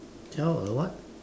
tell a what